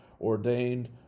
ordained